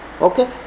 Okay